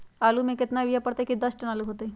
आलु म केतना यूरिया परतई की दस टन आलु होतई?